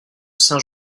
saint